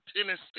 Tennessee